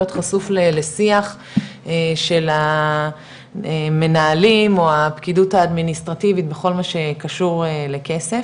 חשוף לשיח של המנהלים או הפקידות האדמיניסטרטיבית בכל מה שקשור לכסף,